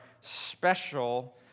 special